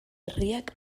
berriak